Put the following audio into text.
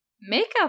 makeup